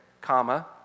comma